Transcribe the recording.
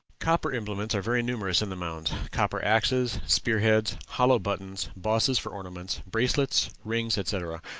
copper implements are very numerous in the mounds. copper axes, spear-heads, hollow buttons, bosses for ornaments, bracelets, rings, etc,